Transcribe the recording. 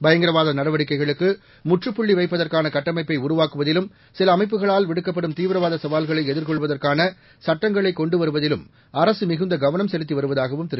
பயங்கரவாத நடவடிக்கைகளுக்கு முற்றுப்புள்ளி வைப்பதற்கான கட்டமைப்பை உருவாக்குவதிலும் சில அமைப்புகளால் விடுக்கப்படும் தீவிரவாத சவால்களை எதிர்கொள்வதற்கான சட்டங்களை கொண்டு வருவதிலும் அரசு மிகுந்த கவளம் செலுத்தி வருவதாகவும் திரு